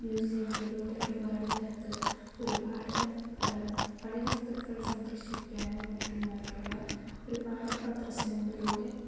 മ്യൂസിയങ്ങളിലൂടെ ഒരുപാട് പേർക്ക് ഒരുപാട് പഴയ വസ്തുക്കൾ സന്ദർശിക്കാനും മറ്റുമായിട്ടുള്ള ഒരുപാട് പ്രദർശനങ്ങളിലൂടെ